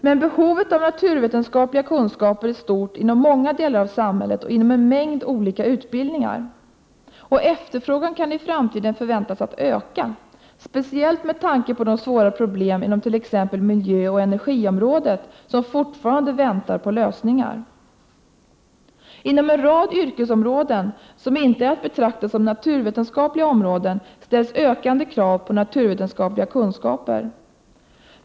Men behovet av naturvetenskapliga kunskaper är stort inom många delar av samhället och inom en mängd olika utbildningar, och efterfrågan kan i framtiden förväntas öka, speciellt med tanke på de svåra problem inom t.ex. miljöoch energiområdet som fortfarande väntar på lösningar. Inom en rad yrkesområden som inte är att betrakta som naturvetenskapliga områden ställs ökande krav på naturvetenskapliga kunskaper.